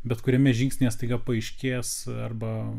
bet kuriame žingsnyje staiga paaiškės arba